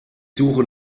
suche